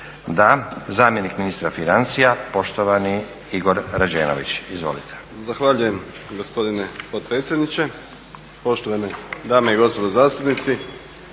Zamjenik ministra financija poštovani Igor Rađenović,